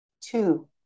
Two